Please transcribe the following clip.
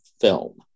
film